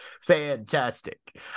Fantastic